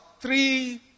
three